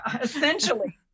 essentially